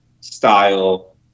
style